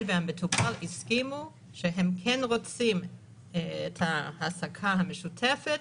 והמטופל הסכימו שהם כן רוצים את ההעסקה המשותפת,